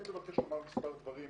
אני מבקש לומר מספר דברים.